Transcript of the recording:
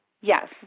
yes